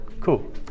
Cool